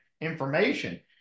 information